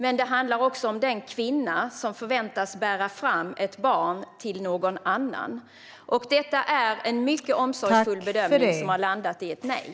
Men det handlar också om den kvinna som förväntas bära fram ett barn till någon annan. Detta är en mycket omsorgsfull bedömning som har landat i ett nej.